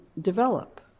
develop